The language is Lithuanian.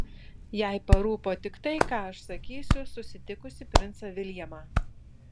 jai parūpo tik tai ką aš sakysiu susitikusi princą viljamą